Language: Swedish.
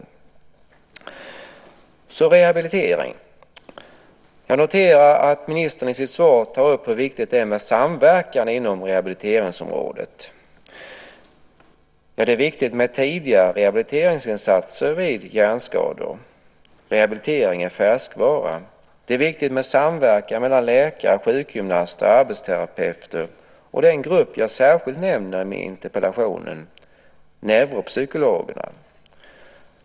Vad gäller rehabilitering noterar jag att ministern i sitt svar tar upp hur viktigt det är med samverkan inom rehabiliteringsområdet. Det är också viktigt med tidiga rehabiliteringsinsatser vid hjärnskador. Rehabilitering är en färskvara. Det är viktigt med samverkan mellan läkare, sjukgymnaster, arbetsterapeuter och den grupp jag särskilt nämner i interpellationen, neuropsykologerna.